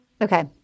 Okay